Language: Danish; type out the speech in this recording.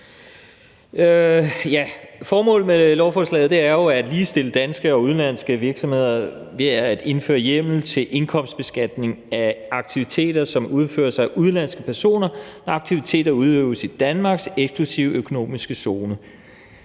Formålet med lovforslaget er at ligestille danske og udenlandske virksomheder ved at indføre hjemmel til indkomstbeskatning af aktiviteter, som udføres af udenlandske personer, når aktiviteterne udøves i Danmarks eksklusive økonomiske zone.